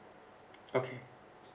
okay